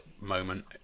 moment